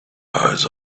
eyes